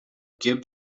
gibb